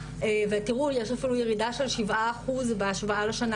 ותראו יש אפילו ירידה של 7 אחוז בהשוואה לשנה